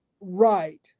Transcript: right